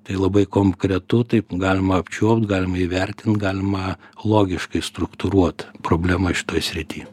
tai labai konkretu taip galima apčiuopt galima įvertint galima logiškai struktūruot problemas šitoj srity